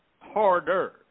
harder